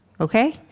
Okay